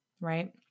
right